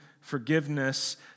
forgiveness